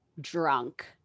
drunk